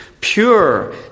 pure